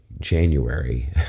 January